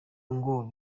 ngo